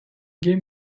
gave